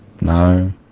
No